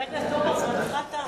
חבר הכנסת אורבך, זמנך תם.